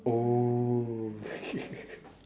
oh